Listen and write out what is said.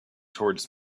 towards